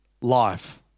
life